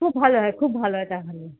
খুব ভালো হয় খুব ভালো হয় তাহলে